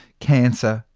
cancer,